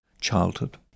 childhood